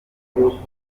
mbikunda